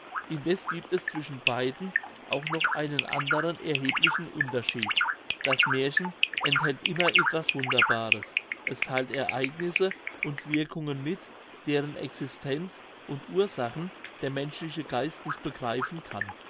indeß giebt es zwischen beiden auch noch einen anderen erheblichen unterschied das märchen enthält immer etwas wunderbares es theilt ereignisse und wirkungen mit deren existenz und ursachen der menschliche geist nicht begreifen kann